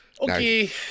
Okay